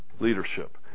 leadership